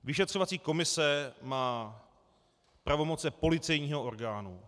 Vyšetřovací komise má pravomoci policejního orgánu.